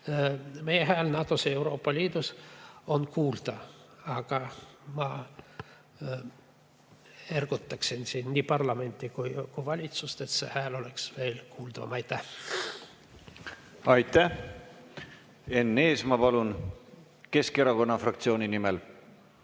Meie hääl NATO-s ja Euroopa Liidus on kuulda, aga ma ergutaksin parlamenti ja valitsust, et see hääl oleks veel kuuldavam. Aitäh! Aitäh! Enn Eesmaa, palun, Keskerakonna fraktsiooni nimel!